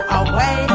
away